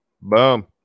boom